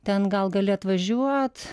ten gal gali atvažiuot